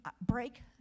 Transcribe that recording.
break